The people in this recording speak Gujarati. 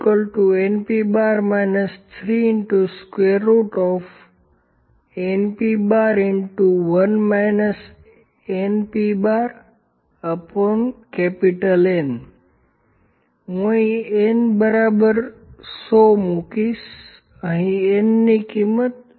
L np 3npN હું અહીં N બરાબર 100 મૂકીશ અહીં N ની કિંમત 100 છે